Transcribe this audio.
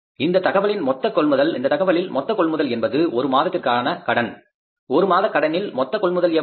இந்தத் தகவலில் மொத்த கொள்முதல் என்பது ஒரு மாதத்திற்கான கடன் ஒருமாத கடனில் மொத்த கொள்முதல் எவ்வளவு